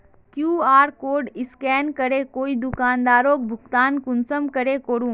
QR code scan करे कोई दुकानदारोक भुगतान कुंसम करे करूम?